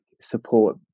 support